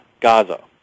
Gaza